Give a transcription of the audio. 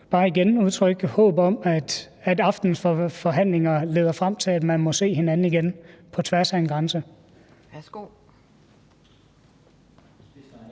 bare igen udtrykke håb om, at aftenens forhandlinger leder frem til, at man må se hinanden igen på tværs af en grænse. Kl.